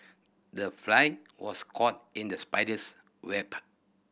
the fly was caught in the spider's web